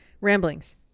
ramblings